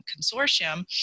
consortium